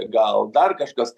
gal dar kažkas